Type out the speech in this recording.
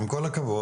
עם כל הכבוד,